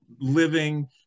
living